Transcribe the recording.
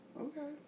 okay